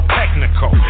technical